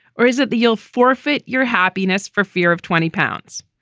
or is it the you'll forfeit your happiness for fear of twenty pounds?